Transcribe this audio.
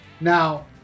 Now